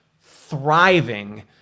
thriving